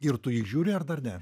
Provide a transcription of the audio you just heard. ir tu jį žiūri ar dar ne